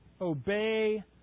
Obey